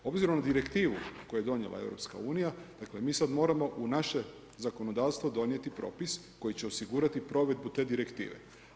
Obzirom na Direktivu koja je donijela EU, dakle, mi sad moramo u naše zakonodavstvo donijeti propis, koja će osigurati provedbu te direktive.